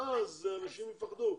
אז אנשים יפחדו.